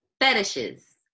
fetishes